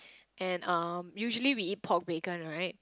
and um usually we eat pork bacon right